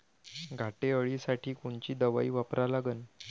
घाटे अळी साठी कोनची दवाई वापरा लागन?